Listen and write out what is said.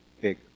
big